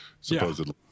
supposedly